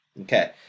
okay